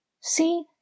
See